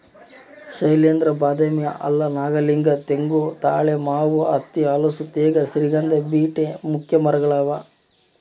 ಶೈಲೇಂದ್ರ ಬಾದಾಮಿ ಆಲ ನಾಗಲಿಂಗ ತೆಂಗು ತಾಳೆ ಮಾವು ಹತ್ತಿ ಹಲಸು ತೇಗ ಶ್ರೀಗಂಧ ಬೀಟೆ ಮುಖ್ಯ ಮರಗಳಾಗ್ಯಾವ